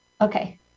Okay